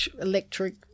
electric